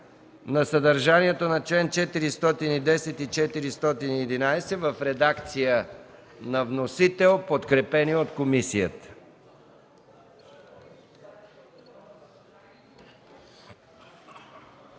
на съдържанието на чл. 410 и чл. 411 в редакция на вносител, подкрепени от комисията.